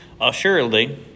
Assuredly